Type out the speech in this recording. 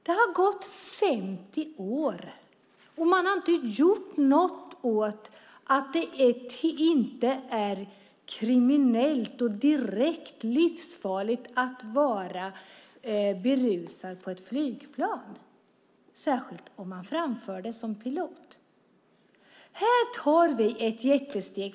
Det har gått 50 år, och man har inte gjort något åt att det inte är kriminellt och direkt livsfarligt att vara berusad i ett flygplan, särskilt om man framför det som pilot. Vi tar ett jättesteg här.